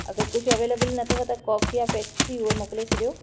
अगरि कुछ अवेलेबिल न अथव त कोक या पेप्सी उहे मोकिले छॾियो